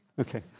Okay